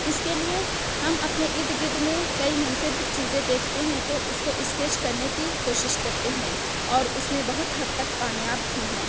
اس کے لیے ہم اپنے ارد گرد میں کئی منفرد چیزیں دیکھتے ہیں تو اس کو اسکیچ کرنے کی کوشش کرتے ہیں اور اس میں بہت حد تک کامیاب بھی ہیں